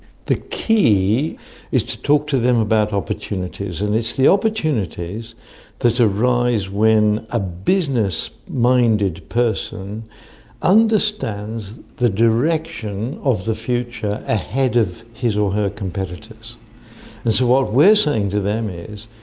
the key is to talk to them about opportunities. and it's the opportunities that arise when a business minded person understands the direction of the future ahead of his or her competitors. and so what we're saying to them is,